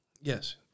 Yes